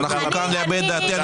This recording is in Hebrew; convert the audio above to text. אנחנו חברי כנסת ומביעים את דעתנו